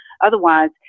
Otherwise